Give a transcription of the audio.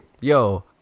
Yo